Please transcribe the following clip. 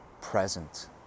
present